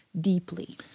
deeply